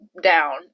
down